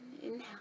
Inhale